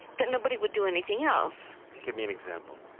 that nobody would do anything else give me an example.